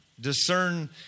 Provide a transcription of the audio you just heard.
Discern